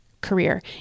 career